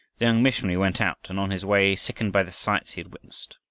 the young missionary went out and on his way sickened by the sights he had witnessed.